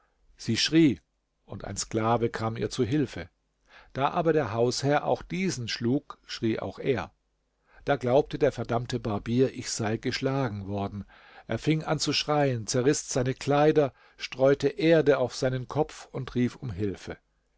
sie schrie und ein sklave kam ihr zu hilfe da aber der hausherr auch diesen schlug schrie auch er da glaubte der verdammte barbier ich sei geschlagen worden er fing an zu schreien zerriß seine kleider streute erde auf seinen kopf und rief um hilfe